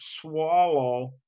swallow